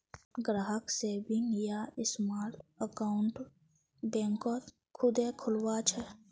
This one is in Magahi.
ग्राहक सेविंग या स्माल अकाउंट बैंकत खुदे खुलवा छे